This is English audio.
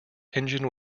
engine